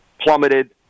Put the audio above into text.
plummeted